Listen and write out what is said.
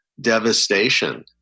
devastation